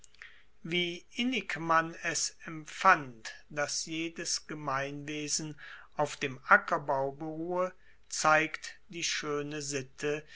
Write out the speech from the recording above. wie innig man es empfand dass jedes gemeinwesen auf dem ackerbau beruhe zeigt die schoene sitte